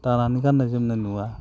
दानानै गाननाय जोमनाय नुआ